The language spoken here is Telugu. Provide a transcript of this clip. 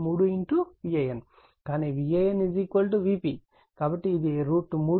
కానీ VAN Vp కాబట్టి ఇది√3 Vp అవుతుంది